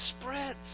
spreads